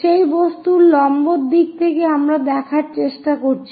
সেই বস্তুর লম্ব দিক থেকে আমরা দেখার চেষ্টা করছি